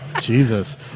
Jesus